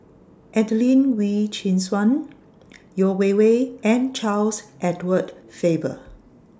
Adelene Wee Chin Suan Yeo Wei Wei and Charles Edward Faber